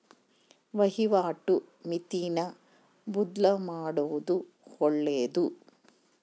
ವಹಿವಾಟು ಮಿತಿನ ಬದ್ಲುಮಾಡೊದು ಒಳ್ಳೆದು